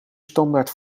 standaard